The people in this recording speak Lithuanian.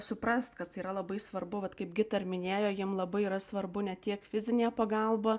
suprasti kas yra labai svarbu kad kaip gita ir minėjo jiems labai yra svarbu ne tiek fizinė pagalba